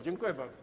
Dziękuję bardzo.